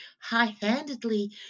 high-handedly